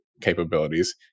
capabilities